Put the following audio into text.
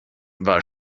war